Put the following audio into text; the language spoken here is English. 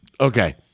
Okay